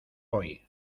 hoy